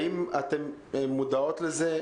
האם אתן מודעות לזה?